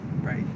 Right